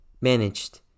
managed